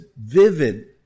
vivid